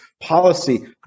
policy